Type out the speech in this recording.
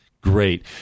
Great